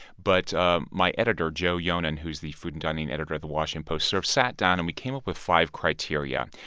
but ah my editor, joe yonan, who is the food and dining editor at the washington post, sort of sat down. and we came up with five criteria.